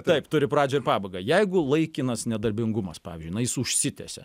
taip turi pradžią ir pabaigą jeigu laikinas nedarbingumas pavyzdžiui na jis užsitęsia